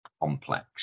complex